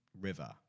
river